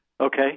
Okay